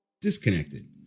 disconnected